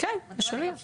המתמטיקה פשוטה.